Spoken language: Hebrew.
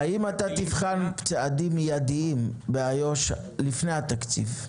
האם אתה תבחן צעדים מידיים באיו"ש לפני התקציב?